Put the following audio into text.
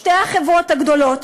שתי החברות הגדולות,